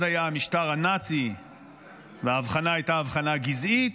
אז היה המשטר הנאצי וההבחנה הייתה הבחנה גזעית,